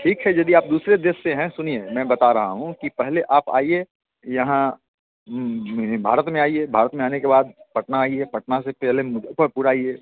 ठीक है यदि आप दूसरे देश से हैं सुनिए मैं बता रहा हूँ कि पहले आप आइए यहाँ भारत में आइए भारत में आने के बाद पटना आइए पटना से पहले मुजफ़्फ़रपुर आइए